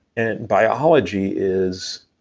and biology is,